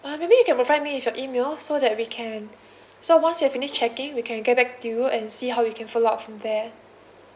uh maybe you can provide me with your email so that we can so once we've finished checking we can get back to you and see how we can follow up from there